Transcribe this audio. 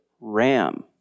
ram